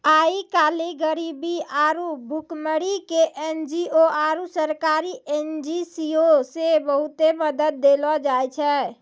आइ काल्हि गरीबी आरु भुखमरी के एन.जी.ओ आरु सरकारी एजेंसीयो से बहुते मदत देलो जाय छै